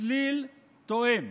צלילי תואם,